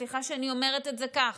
סליחה שאני אומרת את זה כך.